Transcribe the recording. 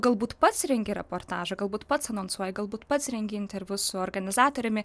galbūt pats rengi reportažą galbūt pats anonsuoji galbūt pats rengi interviu su organizatoriumi